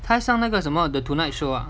他还上那个什么 the tonight show ah